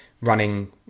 running